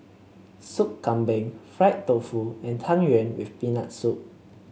Sup Kambing Fried Tofu and Tang Yuen with Peanut Soup